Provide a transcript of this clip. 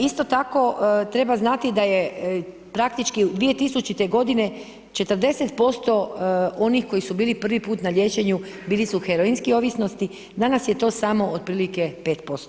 Isto tako treba znati da je praktički 2000. g. 40% onih koji su bili prvi puta na liječenju, bili su heroinske ovisnosti, danas je to samo otprilike 5%